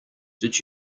did